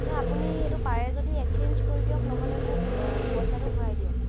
নহয় আপুনি এইটো পাৰে যদি এক্সেচেঞ্জ কৰি দিয়ক নহ'লে মোক পইচাটো ঘূৰাই দিয়ক